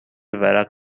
ورق